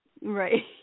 Right